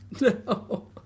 No